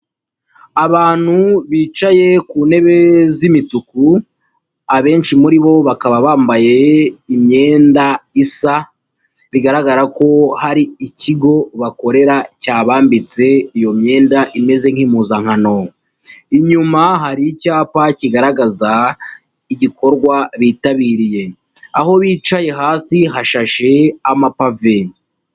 Abantu bicaye ku ntebe z'imituku, abenshi muri bo bakaba bambaye imyenda isa, bigaragara ko hari ikigo bakorera cyabambitse iyo myenda imeze nk'impuzankano. Inyuma hari icyapa kigaragaza igikorwa bitabiriye. Aho bicaye hasi hashashe amapave.